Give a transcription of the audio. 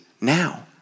now